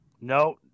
No